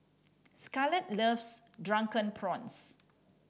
Scarlet loves Drunken Prawns